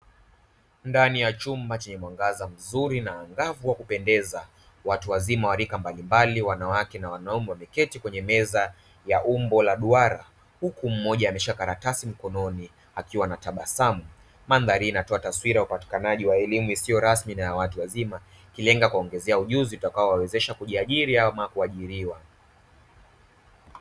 Ndani ya chumba chenye mwangaza mzuri na angavu wa kupendeza watu wazima wa rika mbalimbali wanawake na wanaume wameketi kwenye meza ya umbo la duara huku mmoja ameshika karatasi mkononi akiwa anatabasamu. Mandhari hii inatoa taswira ya upatikanaji wa elimu isiyo rasmi na ya watu wazima, ikilenga kuwaongezea ujuzi utakaowawezesha kujiajiri ama kuajiriwa.